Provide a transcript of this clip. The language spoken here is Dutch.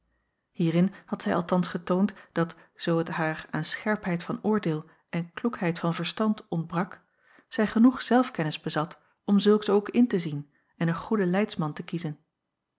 hierin had zij althans getoond dat zoo het haar aan scherpheid van oordeel en kloekheid van verstand ontbrak zij genoeg zelfkennis bezat om zulks ook in te zien en een goeden leidsman te kiezen